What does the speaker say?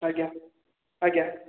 ଆଜ୍ଞା ଆଜ୍ଞା